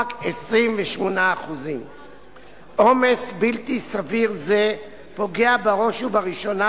רק 28%. עומס בלתי סביר זה פוגע בראש ובראשונה